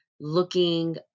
looking